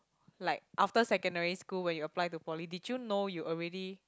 like after secondary school when you apply to poly did you know you already